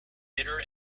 bitter